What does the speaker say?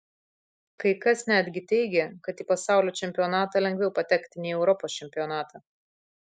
kai kas netgi teigė kad į pasaulio čempionatą lengviau patekti nei į europos čempionatą